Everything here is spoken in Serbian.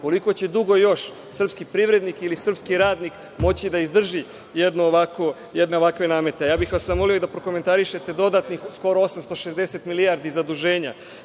Koliko će dugo još srpski privrednik ili srpski radnik moći da izdrži jedne ovakve namete? Zamolio bih vas i da prokomentarišete dodatnih, skoro 860 milijardi zaduženja,